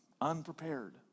unprepared